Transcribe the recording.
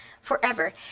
forever